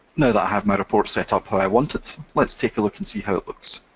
now that i have my report set up how i want it, let's take a look and see how it looks.